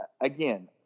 Again